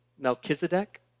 Melchizedek